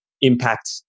impact